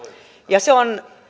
ja se on